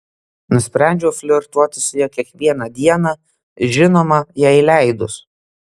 nusprendžiau flirtuoti su ja kiekvieną dieną žinoma jai leidus